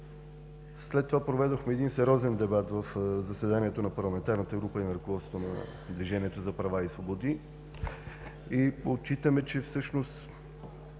След това проведохме сериозен дебат в заседанието на парламентарната група и на ръководството на Движение за права и свободи и отчитаме, че има доста